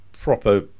proper